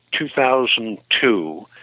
2002